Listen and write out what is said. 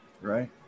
Right